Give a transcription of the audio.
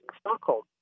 Stockholm